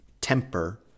temper